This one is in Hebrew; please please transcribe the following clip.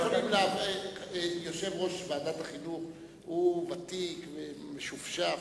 יושב-ראש ועדת החינוך הוא ותיק ומשופשף.